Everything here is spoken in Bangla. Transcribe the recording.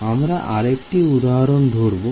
আমরা আরেকটি উদাহরণ ধরবো